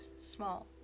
small